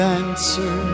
answer